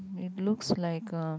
it looks like a